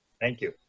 thank you.